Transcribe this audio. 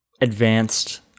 advanced